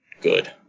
Good